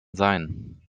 sein